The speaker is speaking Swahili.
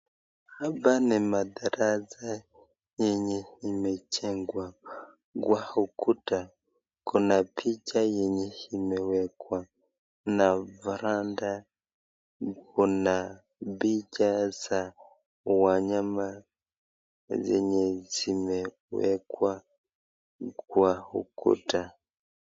Hapa ni madarasa yenye imejengwa. Kwa ukuta kuna picha yenye imewekwa, na varanda kuna picha za wanyama zenye zimewekwa kwa ukuta.